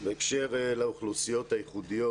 בהקשר לאוכלוסיות הייחודיות.